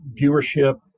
viewership